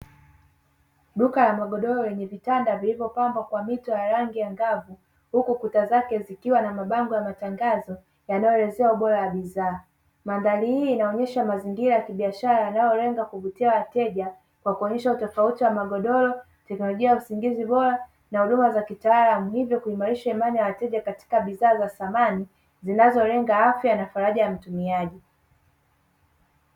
Duka la magodoro lenye vitanda vilivyopambwa kwa mito ya rangi angavu huku kuta zake zikiwa na mabango ya matangazo yanayoelezea ubora wa bidhaa. Mandhari hii inaonyesha mazingira ya kibiashara yanayolenga kuvutia wateja kwa kuonyesha utofauti wa magodoro, teknolojia ya usingizi bora na huduma za kitaalamu hivyo kuimarisha imani ya wateja katika bidhaa za samani zinazolenga afya na faraja ya mtumiaji.